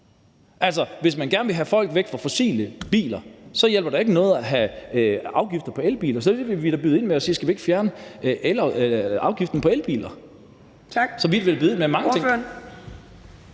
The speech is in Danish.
Altså, hvis man gerne vil have folk væk fra fossile biler, så hjælper det jo ikke noget at have afgifter på elbiler. Så vi vil da byde ind med at sige: Skal vi ikke fjerne afgiften på elbiler? Så vi vil da byde ind med mange ting.